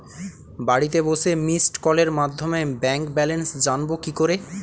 বাড়িতে বসে মিসড্ কলের মাধ্যমে ব্যাংক ব্যালেন্স জানবো কি করে?